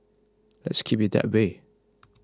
let's keep it that way